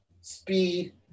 speed